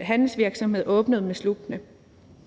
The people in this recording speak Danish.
handelsvirksomhed åbnet med slupperne,